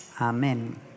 amen